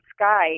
Sky